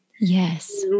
Yes